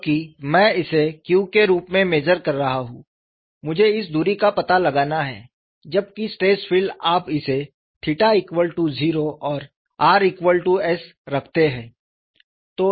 क्योंकि मैं इसे Q के रूप में मेज़र रहा हूं मुझे इस दूरी का पता लगाना है जबकि स्ट्रेस फील्ड आप इसे 0 और rs रखते हैं